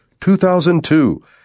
2002